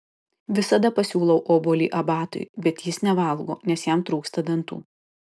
visada pasiūlau obuolį abatui bet jis nevalgo nes jam trūksta dantų